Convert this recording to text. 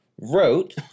wrote